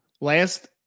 Last